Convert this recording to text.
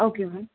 okay ma'am